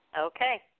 Okay